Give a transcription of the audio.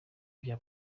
bya